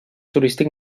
turístic